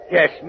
Yes